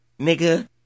nigga